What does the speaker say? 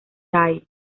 thai